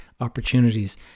opportunities